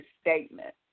statement